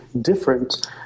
different